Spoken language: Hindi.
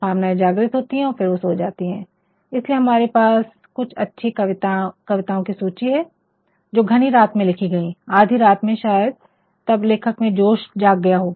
भावनाएं जागृत होती हैं और फिर वह सो जाती हैं इसीलिए हमारे पास कुछ अच्छी ऐसी कविताओं की सूची है जो घनी रात में लिखी गई आधी रात में शायद तब लेखक मेंमैं जोश जाग गया होगा